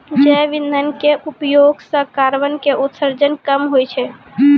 जैव इंधन के उपयोग सॅ कार्बन के उत्सर्जन कम होय छै